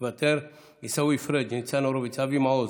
מוותר, עיסאווי פריג'; ניצן הורוביץ, אבי מעוז,